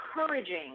encouraging